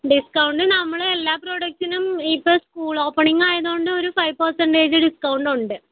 discount നമ്മൾ എല്ലാ പ്രോഡക്റ്റിനും ഇപ്പം സ്കൂൾ ഓപ്പണിങ്ങ് ആയതുകൊണ്ട് ഒരു ഫൈവ് പെർസെൻറേജ് ഡിസ്കൗണ്ട് ഉണ്ട്